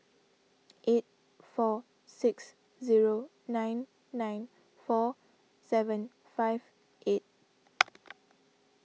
eight four six zero nine nine four seven five eight